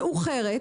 מאוחרת,